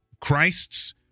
Christ's